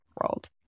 world